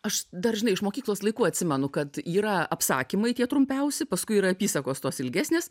aš dar žinai iš mokyklos laikų atsimenu kad yra apsakymai tie trumpiausi paskui yra apysakos tos ilgesnės